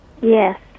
Yes